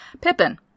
Pippin